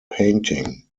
painting